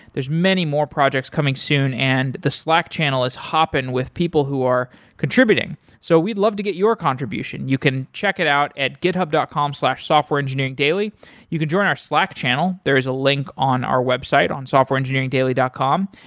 there's many more projects coming soon and the slack channel is hoppin' with people who are contributing. so we'd love to get your contribution. you can check it out at github dot com slash softwareengineeringdaily. you can join our slack channel, there is a link on our website on softwareengineeringdaily dot com.